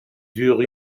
dure